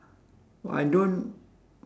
I don't